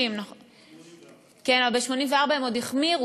1960. 1984. כן, ב-1984 הם עוד החמירו.